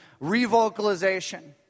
revocalization